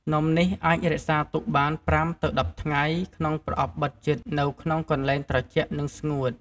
នំនេះអាចរក្សាទុកបាន ៥ ទៅ ១០ថ្ងៃក្នុងប្រអប់បិទជិតនៅក្នុងកន្លែងត្រជាក់និងស្ងួត។